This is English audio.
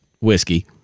Whiskey